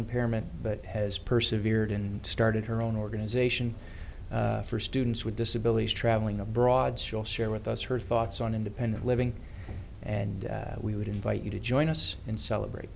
impairment but has persevered and started her own organization for students with disabilities traveling abroad she'll share with us her thoughts on independent living and we would invite you to join us and celebrate